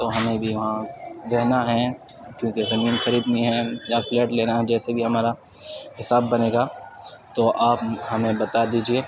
تو ہمیں بھی وہاں لینا ہے کیونکہ زمین خریدنی ہے یا فلیٹ لینا ہے جیسے بھی ہمارا حساب بنے گا تو آپ ہمیں بتا دیجیے